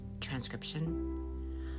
transcription